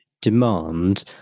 demand